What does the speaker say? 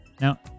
Now